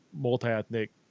multi-ethnic